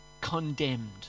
condemned